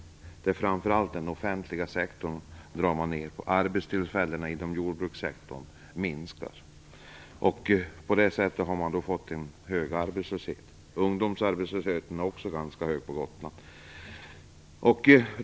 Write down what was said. Man drar framför allt ned på den offentliga sektorn, och arbetstillfällena inom jordbrukssektorn minskas, och man har på det sättet fått en hög arbetslöshet. Också ungdomsarbetslösheten är ganska hög på Gotland.